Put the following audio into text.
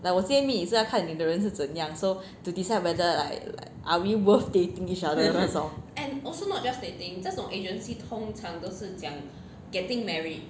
like 我今天 meet 你是要看你的人是怎么样 so to decide whether like like are we worth dating each other 那种